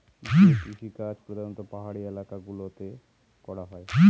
যে কৃষিকাজ প্রধানত পাহাড়ি এলাকা গুলোতে করা হয়